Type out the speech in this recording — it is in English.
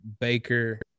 Baker